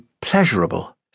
pleasurable